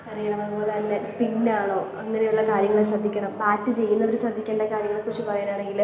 എറിയുന്നത് പോലെ തന്നെ സ്പിൻ ആണോ അങ്ങനെയുള്ള കാര്യങ്ങൾ ശ്രദ്ധിക്കണം ബാറ്റ് ചെയ്യുന്നവർ ശ്രദ്ധിക്കേണ്ട കാര്യങ്ങളെക്കുറിച്ച് പറയാനാണെങ്കിൽ